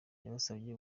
yabasabye